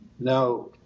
Now